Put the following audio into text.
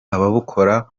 ababukora